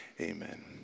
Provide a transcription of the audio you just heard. Amen